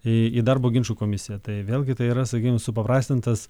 į darbo ginčų komisiją tai vėlgi tai yra sakykim supaprastintas